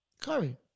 Curry